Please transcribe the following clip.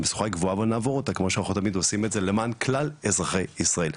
המשוכה גבוהה אבל נעבור אותה למען כלל אזרחי ישראל.